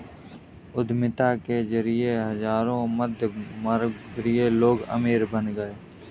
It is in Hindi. उद्यमिता के जरिए हजारों मध्यमवर्गीय लोग अमीर बन गए